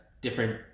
different